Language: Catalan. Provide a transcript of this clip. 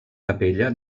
capella